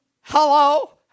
hello